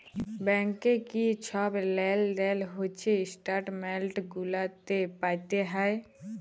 ব্যাংকে কি ছব লেলদেল হছে ইস্ট্যাটমেল্ট গুলাতে পাতে হ্যয়